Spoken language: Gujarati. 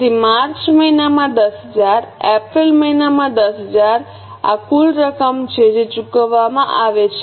તેથી માર્ચ મહિનામાં 10000 એપ્રિલ મહિનામાં 10000 આ કુલ રકમ છે જે ચૂકવવામાં આવે છે